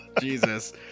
Jesus